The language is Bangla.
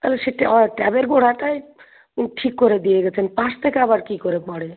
তালে সেটি অ ট্যাপের গোড়াটায় ঠিক করে দিয়ে গেছেন পাশ থেকে আবার কী করে পরে